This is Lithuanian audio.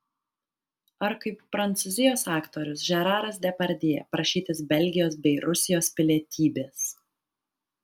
ar kaip prancūzijos aktorius žeraras depardjė prašytis belgijos bei rusijos pilietybės